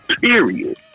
Period